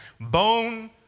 bone